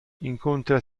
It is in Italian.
incontra